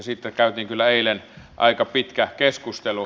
siitä käytiin kyllä eilen aika pitkä keskustelu